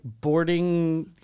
boarding